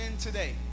today